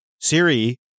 Siri